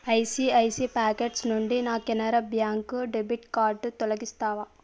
ICICI pockets నుండి నా Canara bank debit card తొలగిస్తావా